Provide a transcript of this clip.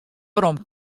werom